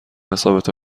حسابتو